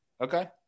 Okay